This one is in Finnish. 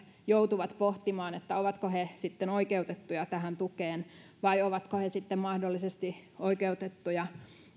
joutuvat vielä pohtimaan ovatko he oikeutettuja tähän tukeen vai ovatko he sitten mahdollisesti oikeutettuja